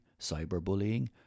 cyberbullying